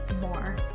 more